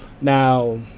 now